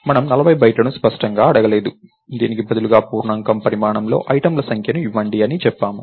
మనము 40 బైట్లను స్పష్టంగా అడగలేదు దీనికి బదులుగా పూర్ణాంకం పరిమాణంలో ఐటెమ్ల సంఖ్యను ఇవ్వండి అని చెప్పాము